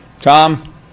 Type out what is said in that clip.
Tom